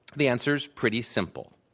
the answer is pretty simple,